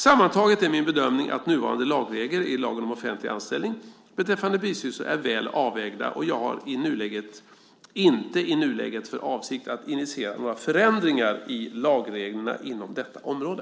Sammantaget är min bedömning att nuvarande lagregler i lagen om offentlig anställning beträffande bisysslor är väl avvägda, och jag har inte i nuläget för avsikt att initiera några förändringar i lagreglerna inom detta område.